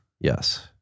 Yes